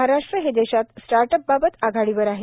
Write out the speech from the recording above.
महाराष्ट्र हे देशात स्टार्टअपबाबत आघाडीवर आहे